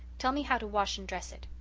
tell me how to wash and dress it.